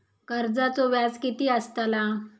कर्जाचो व्याज कीती असताला?